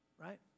right